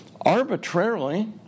arbitrarily